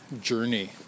journey